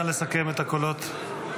נא לסכם את הקולות.